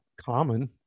common